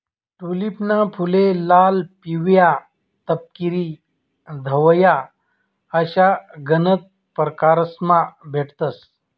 टूलिपना फुले लाल, पिवया, तपकिरी, धवया अशा गनज परकारमा भेटतंस